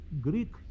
Greek